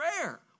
prayer